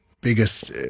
biggest